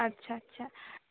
আচ্ছা আচ্ছা